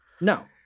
No